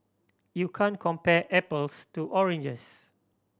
you can't compare apples to oranges